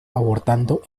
abordando